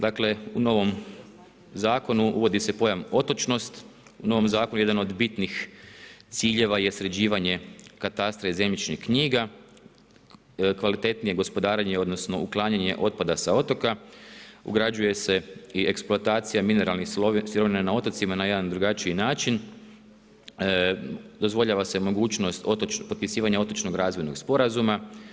Dakle u novom zakonu uvodi se pojam otočnost, u novom zakonu jedan od bitnih ciljeva je sređivanje katastra i zemljišnih knjiga, kvalitetnije gospodarenje, odnosno uklanjanje otpada sa otoka, ugrađuje se i eksploatacija mineralnih sirovina na otocima na jedan drugačiji način, dozvoljava se mogućnost potpisivanja otočnog razvojnog sporazuma.